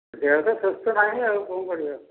ଦେହ ତ ସୁସ୍ଥ ନାହିଁ ଆଉ କ'ଣ କରିବା